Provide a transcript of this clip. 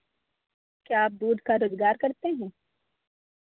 क्या आप दूध का रोज़गार करते हैं